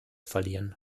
verliehen